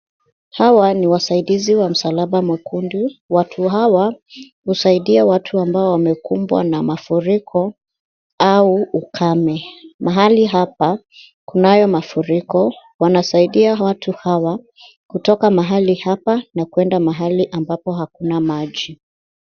Hawa ni wasaidizi wa msalaba mwekundu. Watu hawa husaidia watu ambao wamekumbwa na mafuriko au ukame. Mahali hapa, kunayo mafuriko. Wanasaidia watu hawa kutoka mahali hapa na kuenda mahali ambapo hakuna maji.